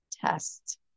test